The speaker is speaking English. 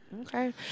Okay